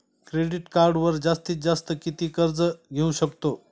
Credit कार्डवर जास्तीत जास्त किती कर्ज घेऊ शकतो?